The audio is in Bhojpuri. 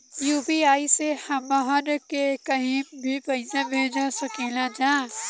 यू.पी.आई से हमहन के कहीं भी पैसा भेज सकीला जा?